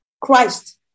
christ